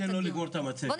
בואו ניתן לו לסיים את המצגת,